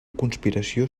conspiració